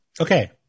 Okay